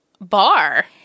Bar